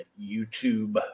YouTube